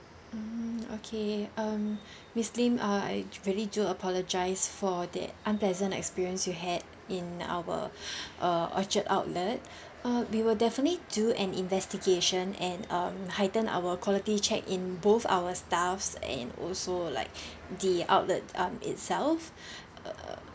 mm okay um miss lim uh really do apologise for that unpleasant experience you had in our uh orchard outlet err we will definitely do an investigation and um heightened our quality check in both our staffs and also like the outlet um itself err